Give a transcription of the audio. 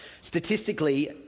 Statistically